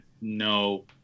no